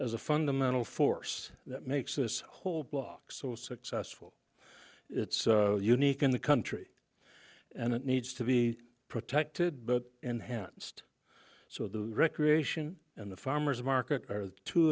as a fundamental force that makes this whole block so successful it's unique in the country and it needs to be protected but enhanced so the recreation and the farmer's market are two